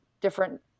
different